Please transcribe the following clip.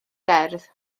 gerdd